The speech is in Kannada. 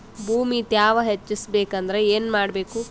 ಭೂಮಿ ತ್ಯಾವ ಹೆಚ್ಚೆಸಬೇಕಂದ್ರ ಏನು ಮಾಡ್ಬೇಕು?